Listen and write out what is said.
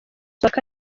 kabiri